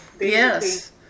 Yes